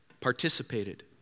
Participated